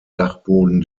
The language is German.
dachboden